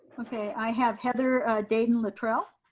okay, i have heather deyden-littrell.